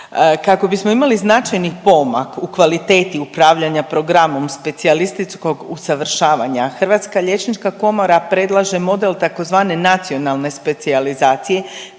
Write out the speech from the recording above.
Kako bismo imali značajni pomak u kvaliteti upravljanja programom specijalističkog usavršavanja, Hrvatska liječnička komora predlaže model tzv. nacionalne specijalizacije